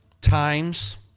times